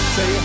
Say